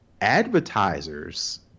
advertisers